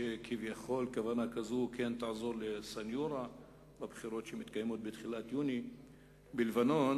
שכביכול כוונה כזו תעזור לסניורה בבחירות שמתקיימות בתחילת יוני בלבנון.